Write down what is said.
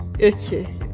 Okay